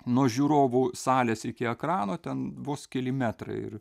nuo žiūrovų salės iki ekrano ten vos keli metrai ir